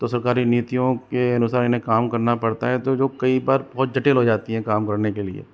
तो सरकारी नीतियों के अनुसार इन्हें काम करना पड़ता है तो जो कई बार बहुत जटिल हो जाती हैं काम करने के लिए